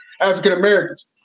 African-Americans